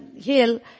hill